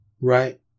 Right